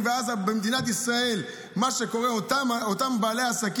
ואז במדינת ישראל מה שקורה הוא שאותם בעלי עסקים,